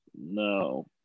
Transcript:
No